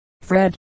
Fred